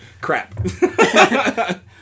Crap